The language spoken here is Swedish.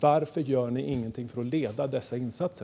Varför gör ni ingenting för att leda dessa insatser?